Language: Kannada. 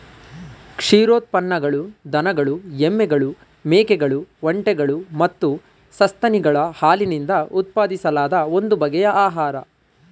ಕ್ಷೀರೋತ್ಪನ್ನಗಳು ದನಗಳು ಎಮ್ಮೆಗಳು ಮೇಕೆಗಳು ಒಂಟೆಗಳು ಮತ್ತು ಸಸ್ತನಿಗಳ ಹಾಲಿನಿಂದ ಉತ್ಪಾದಿಸಲಾದ ಒಂದು ಬಗೆಯ ಆಹಾರ